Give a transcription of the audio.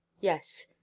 yes